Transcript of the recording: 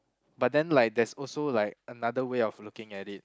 but then like there's also like another way of looking at it